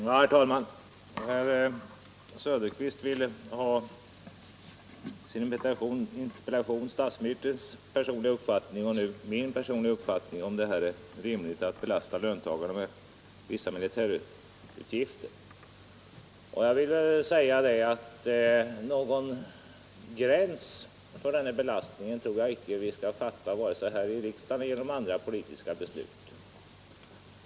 Herr talman! Herr Söderqvist ville i sin interpellation höra statsministerns personliga uppfattning — och nu min — i frågan, om det är rimligt att belasta löntagarna med vissa militärutgifter. Någon gräns för den belastningen tror jag icke vi skall fastställa vare sig här i riksdagen eller genom andra politiska beslut.